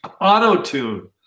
auto-tune